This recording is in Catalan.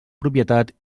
propietat